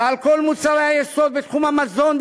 אלא על כל מוצרי היסוד בתחום המזון,